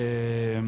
שמני,